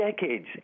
decades